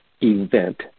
event